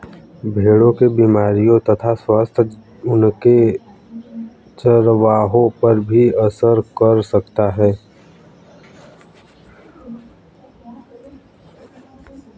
भेड़ों की बीमारियों तथा स्वास्थ्य उनके चरवाहों पर भी असर कर सकता है